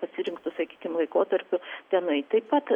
pasirinktu sakykim laikotarpiu tenai taip pat